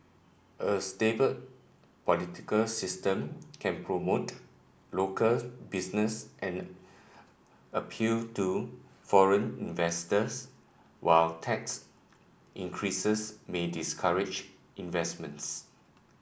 a stable political system can promote local businesses and appeal to foreign investors while tax increases may discourage investments